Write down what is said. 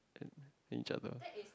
at at each other